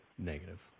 negative